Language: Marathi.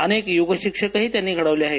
अनेक योग शिक्षकही त्यांनी घडवले आहेत